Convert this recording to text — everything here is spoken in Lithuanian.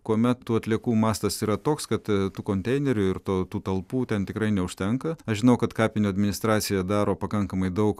kuomet tų atliekų mastas yra toks kad tų konteinerių ir to tų talpų ten tikrai neužtenka aš žinau kad kapinių administracija daro pakankamai daug